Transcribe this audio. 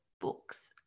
books